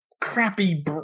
crappy